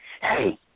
hey